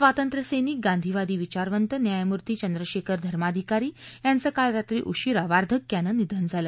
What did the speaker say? स्वातंत्र्यसैनिक गांधीवादी विचारवंत न्यायमूर्ती चंद्रशेखर धर्माधिकारी यांचं काल रात्री उशीरा वार्धक्यानं निधन झालं